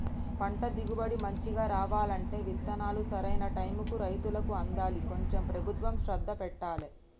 పంట దిగుబడి మంచిగా రావాలంటే విత్తనాలు సరైన టైముకు రైతులకు అందాలి కొంచెం ప్రభుత్వం శ్రద్ధ పెట్టాలె